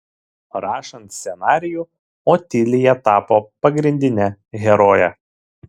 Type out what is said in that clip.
rašant scenarijų otilija tapo pagrindine heroje